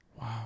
wow